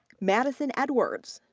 madison edwards,